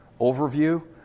overview